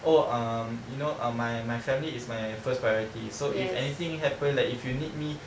oh um you know um my my family is my first priority so if anything happen like if you need me